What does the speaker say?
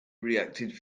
reacted